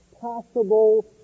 possible